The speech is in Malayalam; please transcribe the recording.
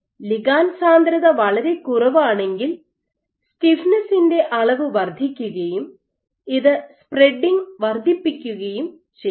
ലിഗാണ്ട് സാന്ദ്രത വളരെ കുറവാണെങ്കിൽ സ്റ്റിഫ്നെസ്സിന്റെ അളവ് വർദ്ധിക്കുകയും ഇത് സ്പ്രെഡിങ് വർദ്ധിപ്പിക്കുകയും ചെയ്യുന്നു